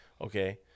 Okay